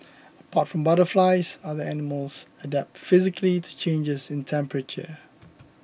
apart from butterflies other animals adapt physically to changes in temperature